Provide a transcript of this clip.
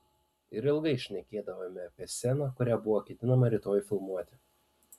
ir ilgai šnekėdavome apie sceną kurią buvo ketinama rytoj filmuoti